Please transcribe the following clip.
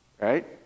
Right